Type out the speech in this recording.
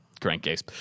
crankcase